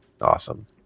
awesome